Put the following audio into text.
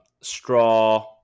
Straw